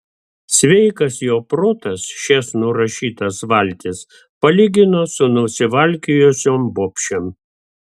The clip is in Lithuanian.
sveikas jo protas šias nurašytas valtis palygino su nusivalkiojusiom bobšėm